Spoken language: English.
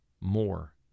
more